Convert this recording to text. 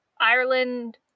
ireland